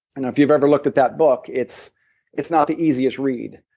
and if you've ever looked at that book. it's it's not the easiest read,